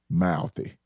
mouthy